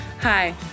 Hi